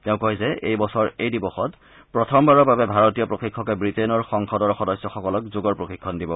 তেওঁ কয় যে এই বছৰ এই দিৱসত প্ৰথমবাৰৰ বাবে ভাৰতীয় প্ৰশিক্ষকে ৱিটেইনৰ সংসদৰ সদস্যসকলক যোগৰ প্ৰশিক্ষণ দিব